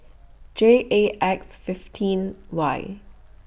J A X fifteen Y